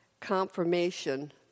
confirmation